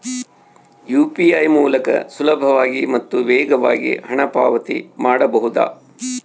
UPI ಮೂಲಕ ಸುಲಭವಾಗಿ ಮತ್ತು ವೇಗವಾಗಿ ಹಣ ಪಾವತಿ ಮಾಡಬಹುದಾ?